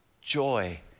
joy